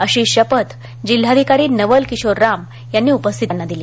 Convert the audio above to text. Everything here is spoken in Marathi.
अशी शपथ जिल्हाधिकारी नवल किशोर राम यांनी उपस्थितांना दिली